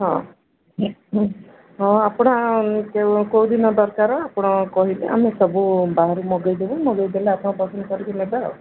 ହଁ ହଁ ଆପଣ କେଉଁଦିନ ଦରକାର ଆପଣ କହିଲେ ଆମେ ସବୁ ବାହାରୁ ମଗେଇ ଦେବୁ ମଗେଇ ଦେଲେ ଆପଣ ପସନ୍ଦ କରିକି ନେବେ ଆଉ